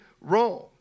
wrong